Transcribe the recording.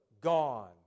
gone